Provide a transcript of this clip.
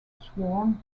sworn